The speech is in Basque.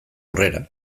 aurrera